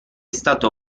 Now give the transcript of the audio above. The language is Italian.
stato